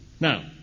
Now